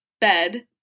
bed